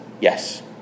Yes